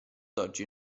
oggi